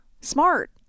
smart